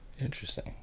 Interesting